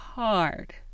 Hard